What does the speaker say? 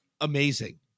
amazing